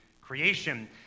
creation